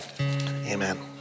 amen